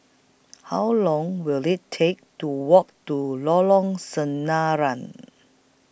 How Long Will IT Take to Walk to Lorong Sinaran